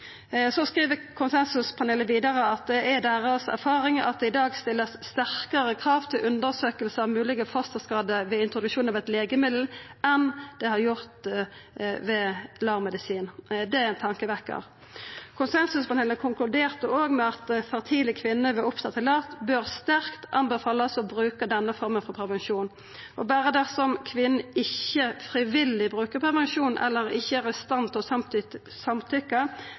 Så skriv konsensuspanelet vidare at det er deira erfaring at det i dag vert stilt sterkare krav til undersøking av moglege fosterskadar ved introduksjon av eit legemiddel enn det har vore gjort ved LAR-medisin. Det er ein tankevekkjar. Konsensuspanelet konkluderte med at fertile kvinner ved oppstart i LAR sterkt bør anbefalast å bruka langtidsverkande prevensjon. Berre dersom kvinna ikkje frivillig brukar prevensjon eller ikkje er i stand til å samtykke,